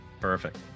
Perfect